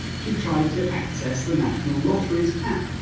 she tried to access the national lottery's app,